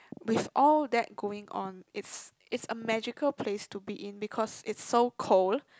with all that going on it's it's a magical place to be in because it's so cold